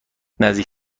نزدیک